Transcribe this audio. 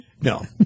no